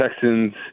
Texans